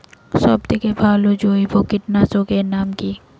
সব থেকে ভালো জৈব কীটনাশক এর নাম কি?